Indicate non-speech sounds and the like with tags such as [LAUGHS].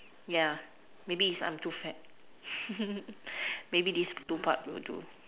ya maybe is I am too fat [LAUGHS] maybe these two part will do